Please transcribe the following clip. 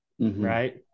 Right